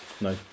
No